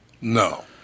No